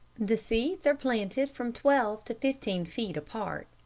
the seeds are planted from twelve to fifteen feet apart.